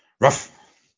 rough